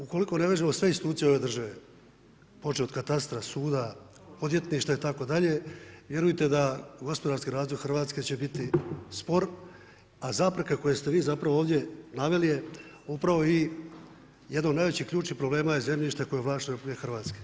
Ukoliko ne vežemo sve institucije ove države, počev od katastra, suda, odvjetništva itd., vjerujte da gospodarski razvoj RH će biti spor, a zapreke koje ste vi zapravo ovdje naveli je upravo i jedan od najvećih ključnih problema zemljište koje u vlasništvu RH.